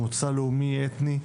מוצא לאומי אתני.